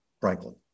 Franklin